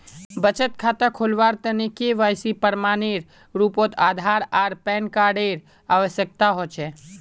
बचत खता खोलावार तने के.वाइ.सी प्रमाण एर रूपोत आधार आर पैन कार्ड एर आवश्यकता होचे